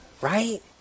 Right